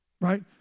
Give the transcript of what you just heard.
Right